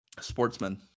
Sportsman